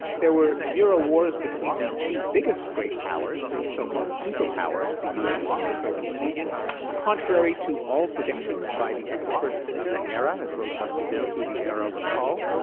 there were zero wars between the two biggest great powers the so-called superpowers the u s. and the soviet union contrary to all predictions by the experts of the era as those of us who lived through the era recall.